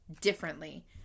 differently